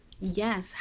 Yes